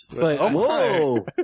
whoa